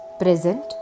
present